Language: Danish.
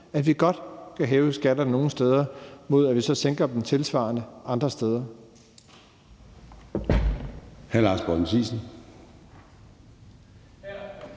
at vi godt kan hæve skatterne nogle steder, mod at vi så sænker dem tilsvarende andre steder.